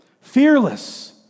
Fearless